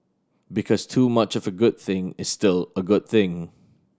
because too much of a good thing is still a good thing